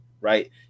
right